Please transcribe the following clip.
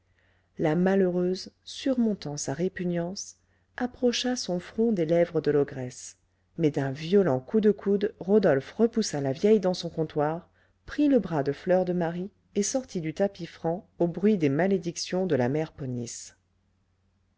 la malheureuse surmontant sa répugnance approcha son front des lèvres de l'ogresse mais d'un violent coup de coude rodolphe repoussa la vieille dans son comptoir prit le bras de fleur de marie et sortit du tapis franc au bruit des malédictions de la mère ponisse